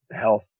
health